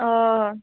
हय